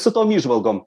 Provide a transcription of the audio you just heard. su tom įžvalgom